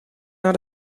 naar